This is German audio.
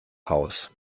haus